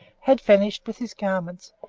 had vanished with his garments,